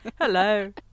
Hello